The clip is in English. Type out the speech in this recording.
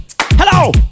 Hello